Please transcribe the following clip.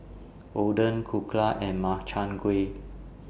Oden Dhokla and Makchang Gui